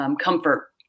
comfort